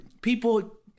people